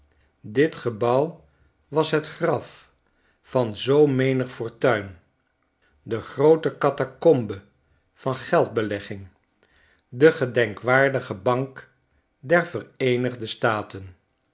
dit gebouw was het graf van zoo menig fortuin de groote catacombe van geldbelegging de gedenkwaardige bank der vereenigde staten